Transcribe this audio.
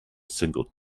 single